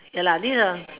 ya lah this